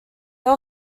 they